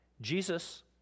Jesus